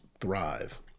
thrive